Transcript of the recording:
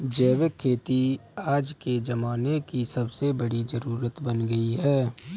जैविक खेती आज के ज़माने की सबसे बड़ी जरुरत बन गयी है